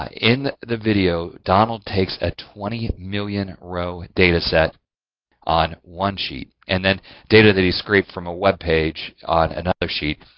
in the video donald takes a twenty million row data set on one sheet and then data that he scraped from a web page on another sheet.